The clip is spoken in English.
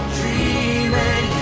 dreaming